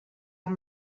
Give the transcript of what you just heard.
amb